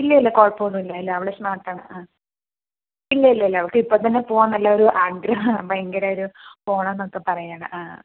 ഇല്ല ഇല്ല കുഴപ്പമൊന്നുമില്ല ഇല്ല അവൾ സ്മാർട്ടാണ് അ ഇല്ല ഇല്ല ഇല്ല അവൾക്ക് ഇപ്പോൾത്തന്നെ പോവാൻ നല്ലൊരു ആഗ്രഹമാണ് ഭയകര ഒരു പോണം എന്നൊക്കെ പറയുകയാണ് ആ